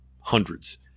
hundreds